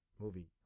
movie